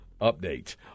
update